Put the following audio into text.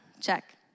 Check